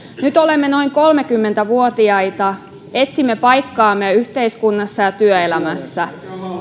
nyt olemme noin kolmekymmentä vuotiaita etsimme paikkaamme yhteiskunnassa ja työelämässä